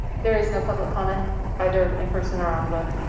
there is no public comment either in person or on the web.